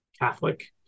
Catholic